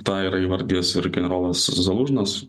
tą yra įvardijęs ir generolas zalužnas